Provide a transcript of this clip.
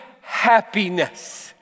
happiness